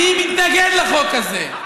אני מתנגד לחוק הזה,